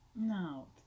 no